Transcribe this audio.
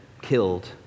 killed